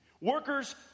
Workers